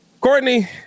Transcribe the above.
Courtney